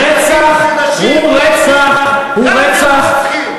רצח הוא רצח הוא רצח.